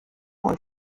und